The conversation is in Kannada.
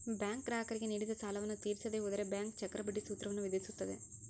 ಬ್ಯಾಂಕ್ ಗ್ರಾಹಕರಿಗೆ ನೀಡಿದ ಸಾಲವನ್ನು ತೀರಿಸದೆ ಹೋದರೆ ಬ್ಯಾಂಕ್ ಚಕ್ರಬಡ್ಡಿ ಸೂತ್ರವನ್ನು ವಿಧಿಸುತ್ತದೆ